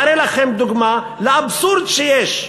והרי לכם דוגמה לאבסורד שיש.